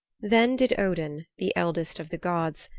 then did odin, the eldest of the gods,